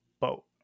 boat